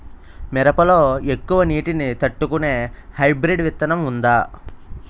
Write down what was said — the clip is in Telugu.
మిరప లో ఎక్కువ నీటి ని తట్టుకునే హైబ్రిడ్ విత్తనం వుందా?